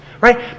Right